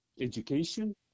education